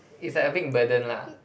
it's like a big burden lah